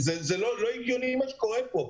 זה לא הגיוני מה שקורה פה.